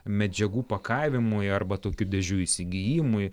medžiagų pakavimui arba tokių dėžių įsigijimui